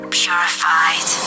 purified